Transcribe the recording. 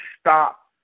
stop